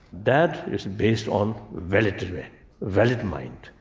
that is based on valid valid mind.